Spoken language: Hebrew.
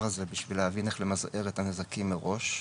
הזה בשביל להבין איך למזער את הנזקים מראש.